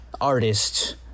artists